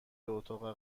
اتاق